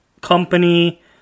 company